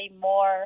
more